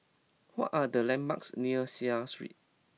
what are the landmarks near Seah Street